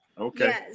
Okay